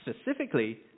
specifically